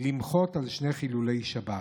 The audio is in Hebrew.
למחות על שני חילולי שבת: